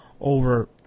over